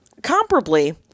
comparably